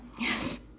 yes